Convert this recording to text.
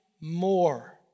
more